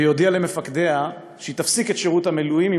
והודיעה למפקדיה שהיא תפסיק את שירות המילואים אם